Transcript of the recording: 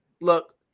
look